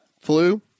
Flu